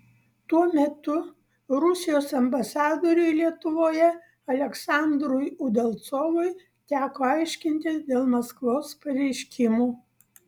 tuo metu rusijos ambasadoriui lietuvoje aleksandrui udalcovui teko aiškintis dėl maskvos pareiškimų